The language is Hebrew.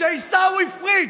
כשעיסאווי פריג',